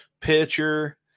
Pitcher